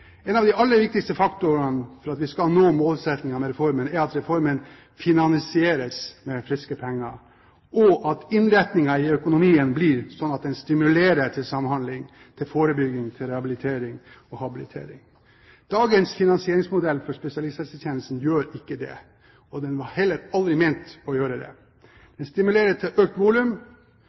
En av de aller viktigste faktorene for at vi skal nå målsettingen med reformen, er at reformen finansieres med friske penger, og at innretningen i økonomien blir slik at den stimulerer til samhandling, til forebygging, til rehabilitering og habilitering. Dagens finansieringsmodell for spesialisthelsetjenesten gjør ikke det, og den var heller aldri ment å gjøre det. Det stimulerer til økt volum,